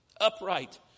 upright